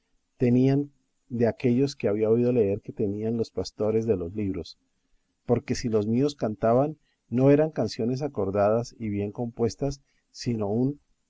tenían de aquellos que había oído leer que tenían los pastores de los libros porque si los míos cantaban no eran canciones acordadas y bien compuestas sino un